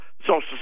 Social